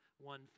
one